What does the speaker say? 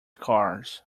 cars